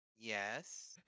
yes